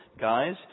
Guys